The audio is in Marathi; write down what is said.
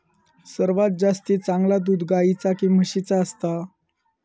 सर्वात जास्ती चांगला दूध गाईचा की म्हशीचा असता?